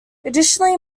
additionally